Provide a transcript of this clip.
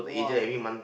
!wah!